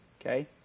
Okay